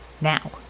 Now